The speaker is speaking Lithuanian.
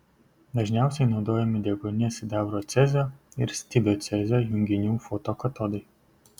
dažniausiai naudojami deguonies sidabro cezio ir stibio cezio junginių fotokatodai